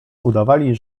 udawali